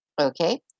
Okay